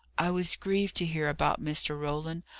i was grieved to hear about mr. roland.